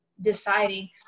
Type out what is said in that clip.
deciding